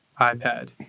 iPad